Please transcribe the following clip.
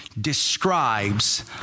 describes